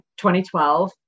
2012